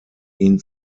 ihn